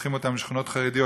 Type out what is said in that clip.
שולחים אותם לשכונות חרדיות,